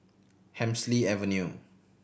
Hemsley Avenue